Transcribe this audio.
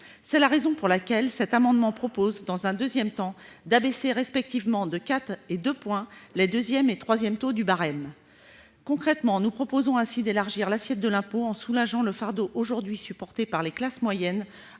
C'est la raison pour laquelle cet amendement vise, dans un deuxième temps, à abaisser respectivement de 4 et de 2 points les deuxième et troisième taux du barème. Concrètement, nous proposons ainsi d'élargir l'assiette de l'impôt en soulageant du fardeau qu'elles supportent aujourd'hui les classes moyennes,